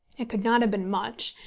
it could not have been much,